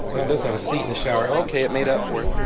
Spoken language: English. this have a seat in the shower, okay it made up for